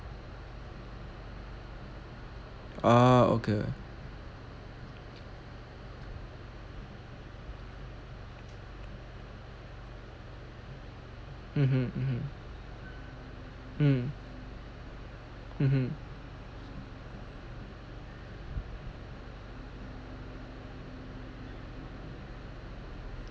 ah okay mmhmm mmhmm mm mmhmm